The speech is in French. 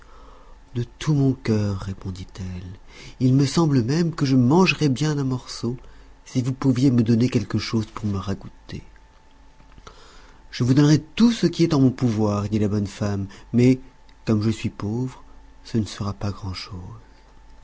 de tout mon cœur répondit-elle il me semble même que je mangerais bien un morceau si vous pouviez me donner quelque chose pour me ragoûter je vous donnerai tout ce qui est en mon pouvoir dit la bonne femme mais comme je suis pauvre ce ne sera pas